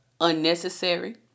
unnecessary